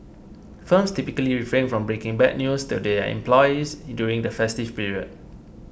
firms typically refrain from breaking bad news to their employees during the festive period